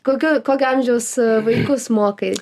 kokio kokio amžiaus vaikus mokai